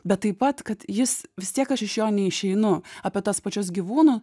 bet taip pat kad jis vis tiek aš iš jo neišeinu apie tas pačias gyvūnų